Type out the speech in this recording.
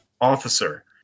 officer